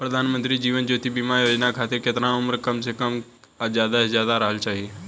प्रधानमंत्री जीवन ज्योती बीमा योजना खातिर केतना उम्र कम से कम आ ज्यादा से ज्यादा रहल चाहि?